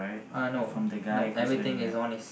uh no no everything is on is